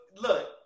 look